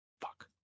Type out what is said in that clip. Fuck